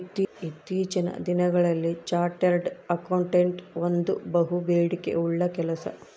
ಇತ್ತೀಚಿನ ದಿನಗಳಲ್ಲಿ chartered accountant ಒಂದು ಬಹುಬೇಡಿಕೆ ಉಳ್ಳ ಕೆಲಸ